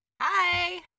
Hi